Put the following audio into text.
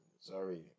Sorry